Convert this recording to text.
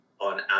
on